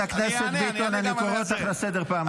חברת הכנסת ביטון, אני קורא אותך לסדר פעם ראשונה.